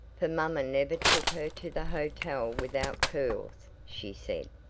for mamma never took her to the hotel without curls, she said.